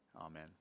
Amen